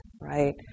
right